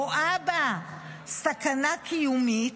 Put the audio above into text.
רואה בה סכנה קיומית.